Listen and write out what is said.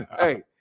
Hey